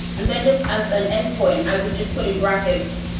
and then just as an endpoint, i would just put in brackets,